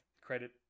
credit